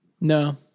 No